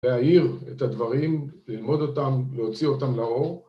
‫להאיר את הדברים, ‫ללמוד אותם, להוציא אותם לאור.